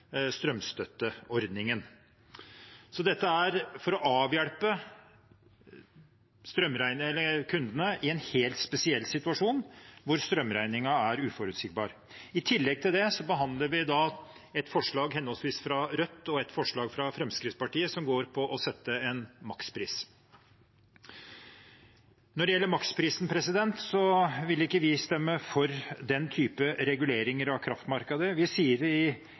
strømstøtteordningen. Dette er for å avhjelpe kundene i en helt spesiell situasjon hvor strømregningen er uforutsigbar. I tillegg til det behandler vi et forslag fra Rødt og et forslag fra Fremskrittspartiet som går ut på å sette en makspris. Når det gjelder maksprisen, vil ikke vi stemme for den typen reguleringer av kraftmarkedet. Vi sier i innstillingen – og statsråden har også gitt uttrykk for det i